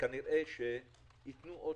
יתנו עוד